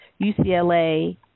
UCLA